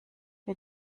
bin